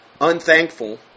unthankful